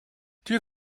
dir